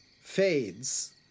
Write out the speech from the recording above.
fades